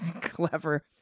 Clever